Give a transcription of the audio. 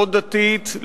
לא דתית,